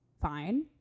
fine